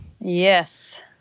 Yes